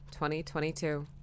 2022